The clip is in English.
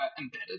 embedded